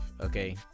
okay